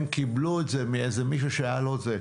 הם קיבלו את זה מאיזה מישהו שהיה לו את זה.